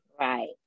right